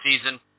season